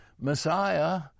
Messiah